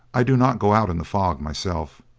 i do not go out in the fog myself.